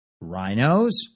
Rhinos